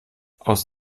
aus